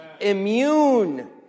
immune